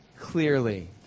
clearly